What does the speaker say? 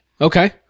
Okay